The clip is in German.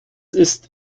ist